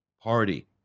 Party